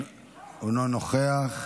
אינו נוכח.